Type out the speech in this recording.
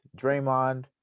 Draymond